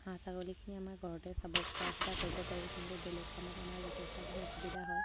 হাঁহ ছাগলীখিনি আমাৰ ঘৰতে চাব চোৱা চিতা কৰিব পাৰোঁ কিন্তু বেলেগ কামত আমাৰ যথেষ্টখিনি অসুবিধা হয়